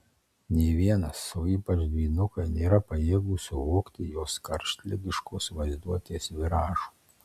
nė vienas o ypač dvynukai nėra pajėgūs suvokti jos karštligiškos vaizduotės viražų